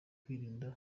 kwirinda